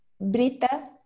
Brita